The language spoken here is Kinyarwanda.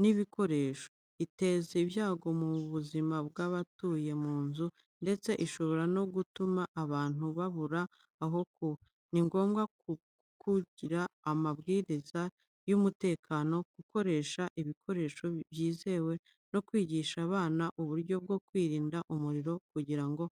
n’ibikoresho. Iteza ibyago ku buzima bw’abatuye mu nzu, ndetse ishobora no gutuma abantu babura aho kuba. Ni ngombwa gukurikiza amabwiriza y’umutekano, gukoresha ibikoresho byizewe, no kwigisha abana uburyo bwo kwirinda umuriro kugira ngo